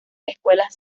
escuelas